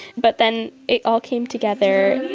but then it all came together.